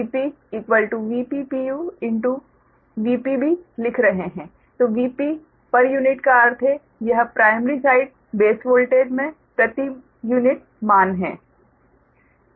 Vp का अर्थ है यह प्राइमरी साइड बेस वोल्टेज में प्रति यूनिट मान है